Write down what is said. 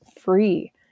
free